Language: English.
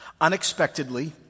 unexpectedly